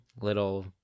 little